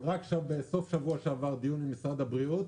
עשינו בשבוע שעבר דיון עם משרד הבריאות.